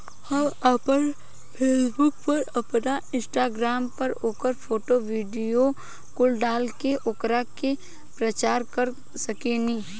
हम आपना फेसबुक पर, आपन इंस्टाग्राम पर ओकर फोटो, वीडीओ कुल डाल के ओकरा के प्रचार कर सकेनी